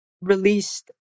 released